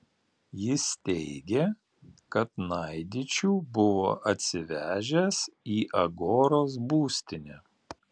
jis teigė kad naidičių buvo atsivežęs į agoros būstinę